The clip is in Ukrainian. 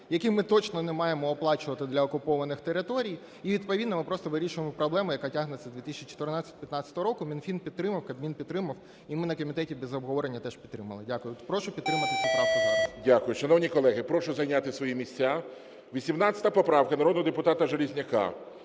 яким ми точно не маємо оплачувати для окупованих територій і відповідно ми просто вирішуємо проблему, яка тягнеться з 2014-2015 років. Мінфін підтримав, Кабмін підтримав і ми на комітеті без обговорення теж підтримали. Дякую. Прошу підтримати цю правку зараз. ГОЛОВУЮЧИЙ. Дякую. Шановні колеги, прошу зайняти свої місця. 18 поправка народного депутата Железняка,